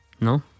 No